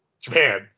Japan